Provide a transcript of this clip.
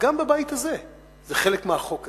גם בבית הזה היא חלק מהחוק הזה.